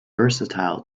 versatile